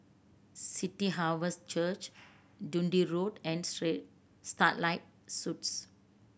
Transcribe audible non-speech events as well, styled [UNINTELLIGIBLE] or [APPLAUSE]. City Harvest Church Dundee Road and [UNINTELLIGIBLE] Starlight Suites